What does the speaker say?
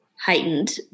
heightened